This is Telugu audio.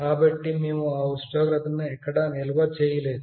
కాబట్టి మేము ఆ ఉష్ణోగ్రతను ఎక్కడా నిల్వ చేయలేదు